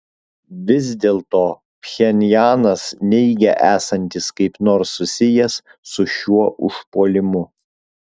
vis dėlto pchenjanas neigia esantis kaip nors susijęs su šiuo užpuolimu